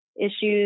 issues